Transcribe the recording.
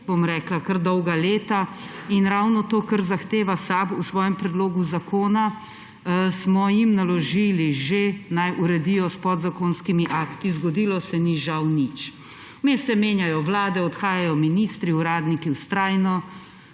zdravstvo že dolga leta. In ravno to, kar zahteva SAB v svojem predlogu zakona, smo jim že naložili naj uredijo s podzakonskimi akti. Zgodilo se ni žal nič. Vmes se menjajo vlade, odhajajo ministri, uradniki vztrajno